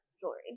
jewelry